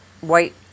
white